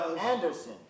Anderson